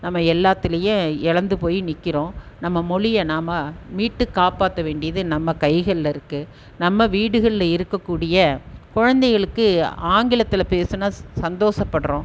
நம்ம எல்லாத்திலேயே இழந்து போய் நிற்கிறோம் நம்ம மொழியை நாம் மீட்டு காப்பாற்ற வேண்டியது நம்ம கைகளில் இருக்குது நம்ம வீடுகளில் இருக்கக்கூடிய குழந்தைங்களுக்கு ஆங்கிலத்தில் பேசினா ஸ் சந்தோஷப்படறோம்